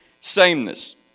sameness